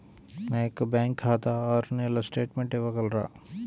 నా యొక్క బ్యాంకు ఖాతా ఆరు నెలల స్టేట్మెంట్ ఇవ్వగలరా?